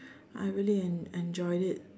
I really en~ enjoyed it